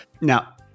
Now